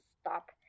stop